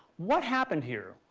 what happened here?